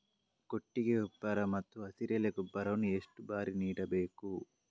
ಕೊಟ್ಟಿಗೆ ಗೊಬ್ಬರ ಮತ್ತು ಹಸಿರೆಲೆ ಗೊಬ್ಬರವನ್ನು ಎಷ್ಟು ಬಾರಿ ನೀಡಬೇಕು?